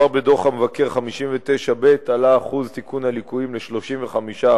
כבר בדוח המבקר 59ב עלה אחוז תיקון הליקויים ל-35%.